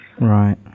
Right